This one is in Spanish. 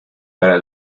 para